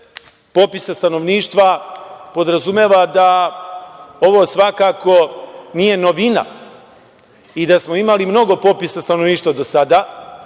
popisa stanovništva podrazumeva da ovo svakako nije novina i da smo imali mnogo popisa stanovništva do sada,